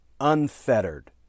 unfettered